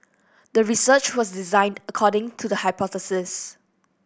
the research was designed according to the hypothesis